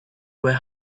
were